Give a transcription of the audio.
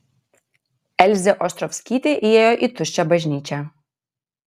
elzė ostrovskytė įėjo į tuščią bažnyčią